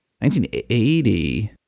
1980